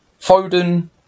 Foden